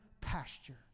pasture